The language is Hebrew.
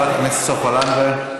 חברת הכנסת סופה לנדבר,